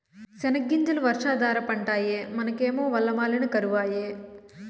సెనగ్గింజలు వర్షాధార పంటాయె మనకేమో వల్ల మాలిన కరవాయె